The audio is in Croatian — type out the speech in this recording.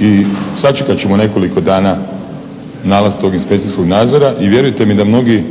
i sačekat ćemo nekoliko dana nalaz tog inspekcijskog nadzora. I vjerujte mi da mnogi